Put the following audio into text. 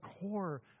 core